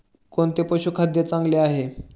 कोणते पशुखाद्य चांगले आहे?